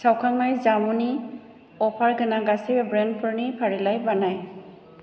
सावखांनाय जामुनि अफार गोनां गासैबो ब्रेन्डफोरनि फारिलाइ बानाय